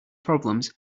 problems